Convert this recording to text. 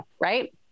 Right